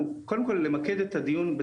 בדיוק, תקשיב אני רק.